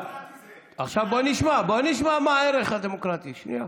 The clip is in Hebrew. עכשיו נשמע מה הערך הדמוקרטי, שנייה.